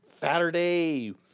Saturday